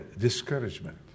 discouragement